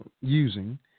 using